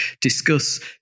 discuss